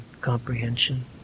comprehension